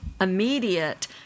immediate